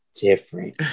different